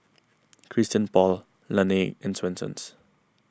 Christian Paul Laneige and Swensens